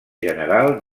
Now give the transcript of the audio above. general